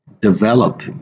develop